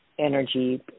energy